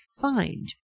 find